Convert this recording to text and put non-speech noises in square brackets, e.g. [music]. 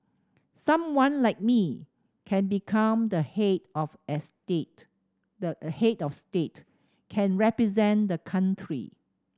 someone like me can become the head of [unintelligible] the head of state can represent the country